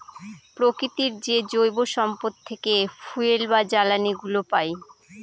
প্রকৃতির যে জৈব সম্পদ থেকে ফুয়েল বা জ্বালানিগুলো পাই